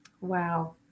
Wow